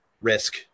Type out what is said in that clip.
risk